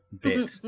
bit